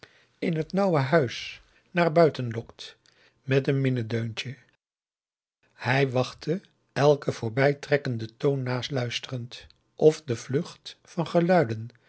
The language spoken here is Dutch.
in de dessa t nauwe huis naar buiten lokt met een minnedeuntje hij wachtte elken voorbijtrekkenden toon naluisterend of de vlucht van geluiden